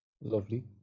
lovely